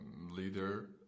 leader